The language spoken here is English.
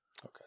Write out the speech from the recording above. Okay